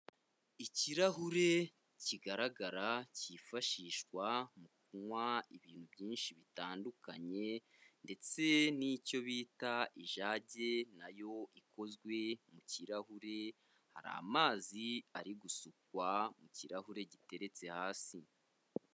Ikirahure kigaragara cyifashishwa mu kunywa ibintu byinshi bitandukanye ndetse n'icyo bita ijage na yo ikozwe mu kirahure hari amazi ari gusukwa mu kirahure giteretse hasi.